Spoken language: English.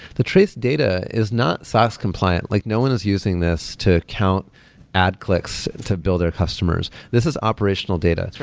the trace data is not sas-compliant. like no one is using this to count ad clicks to build our customers this is operational data.